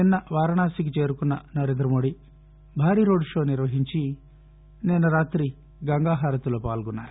నిన్న వారణాసికి చేరుకున్న నరేందమోదీ భారీ రోడ్షో నిర్వహించి నిన్న గంగా హారతిలో పాల్గొన్నారు